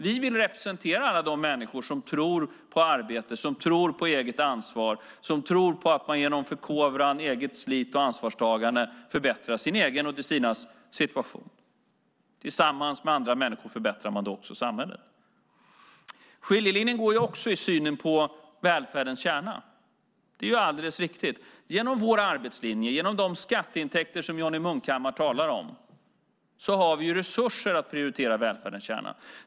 Vi vill representera alla de människor som tror på arbete, som tror på eget ansvar, som tror på att man genom förkovran, eget slit och ansvarstagande förbättrar sin egen och de sinas situation. Tillsammans med andra människor förbättrar man då också samhället. Skiljelinjen går också i synen på välfärdens kärna. Det är alldeles riktigt. Genom vår arbetslinje, genom de skatteintäkter som Johnny Munkhammar talar om har vi resurser att prioritera välfärdens kärna.